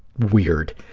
weird.